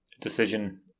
decision